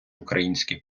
український